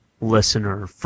listener